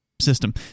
system